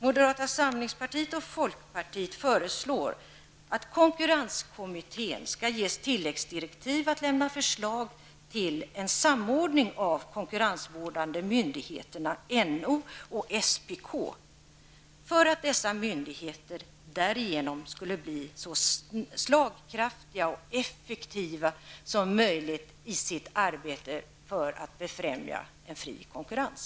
Moderata samlingspartiet och folkpartiet föreslår att konkurrenskommittén ges tilläggsdirektiv att lämna förslag till en samordning av de konkurrensvårdande myndigheterna NO och SPK för att dessa myndigheter därigenom skall bli så slagkraftiga och effektiva som möjligt i sitt arbete för att befrämja en fri konkurrens.